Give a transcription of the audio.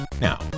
Now